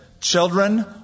children